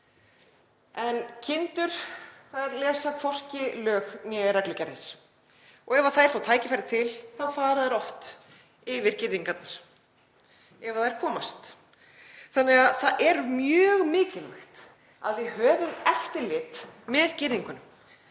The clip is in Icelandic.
En kindur lesa hvorki lög né reglugerðir og ef þær fá tækifæri til þá fara þær oft yfir girðingarnar, ef þær komast. Því er mjög mikilvægt að við höfum eftirlit með girðingunum.